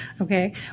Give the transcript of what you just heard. okay